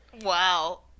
Wow